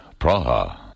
Praha